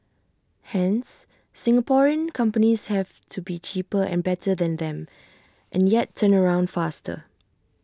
hence Singaporean companies have to be cheaper and better than them and yet turnaround faster